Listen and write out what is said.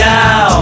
now